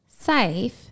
safe